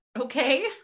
okay